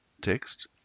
text